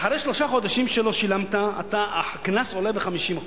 אחרי שלושה חודשים שלא שילמת, הקנס עולה ב-50%.